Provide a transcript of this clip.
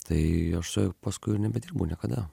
tai aš su juo paskui nebedirbau niekada